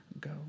go